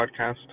podcast